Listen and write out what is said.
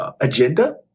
agenda